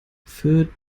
für